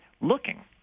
looking